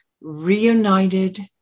reunited